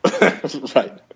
Right